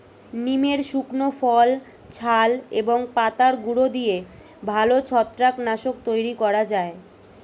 নিমের শুকনো ফল, ছাল এবং পাতার গুঁড়ো দিয়ে ভালো ছত্রাক নাশক তৈরি করা যায়